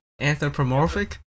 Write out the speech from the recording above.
Anthropomorphic